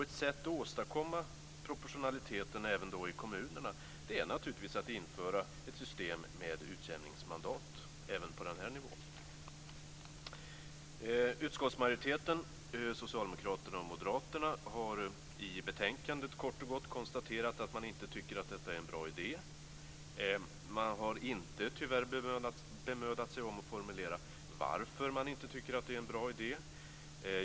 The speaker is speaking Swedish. Ett sätt att åstadkomma proportionalitet även i kommunerna är naturligtvis att införa ett system med utjämningsmandat även på den nivån. Utskottsmajoriteten, socialdemokraterna och moderaterna, har i betänkandet kort och gott konstaterat att man inte tycker att detta är en bra idé. Man har tyvärr inte bemödat sig om att formulera varför man inte tycker att det är en bra idé.